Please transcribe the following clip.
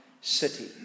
city